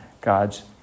God's